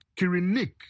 Kirinik